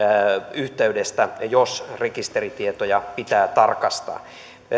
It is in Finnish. yhteydestä jos rekisteritietoja pitää tarkastaa